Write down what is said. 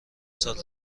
سال